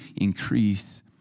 increase